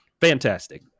Fantastic